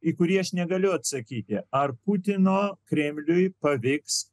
į kurį aš negaliu atsakyti ar putino kremliui pavyks